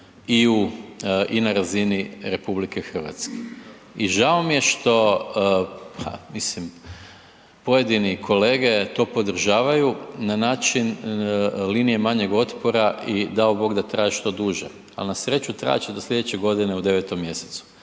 i na razini RH. I žao mi je što, pa mislim pojedini kolege to podržavaju na način linije manjeg otpora i dao Bog da traje što duže. Ali na sreću trajat će do sljedeće godine u 9. mjesecu